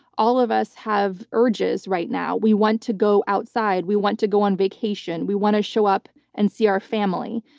all of us have urges right now. we want to go outside, we want to go on vacation, we want to show up and see our family,